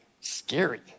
scary